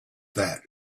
that